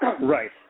Right